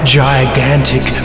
gigantic